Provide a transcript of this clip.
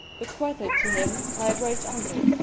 bequeathed to him by a great-uncle.